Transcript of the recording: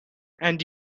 and